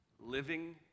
living